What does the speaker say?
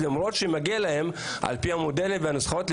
למרות שמגיע להם על פי המודלים והנוסחאות,